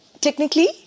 technically